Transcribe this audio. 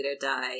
die